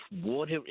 water